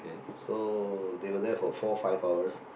so they were there for four five hours